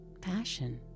passion